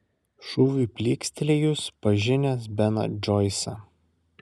šūviui plykstelėjus pažinęs beną džoisą